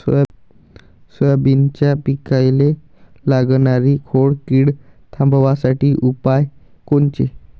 सोयाबीनच्या पिकाले लागनारी खोड किड थांबवासाठी उपाय कोनचे?